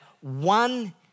one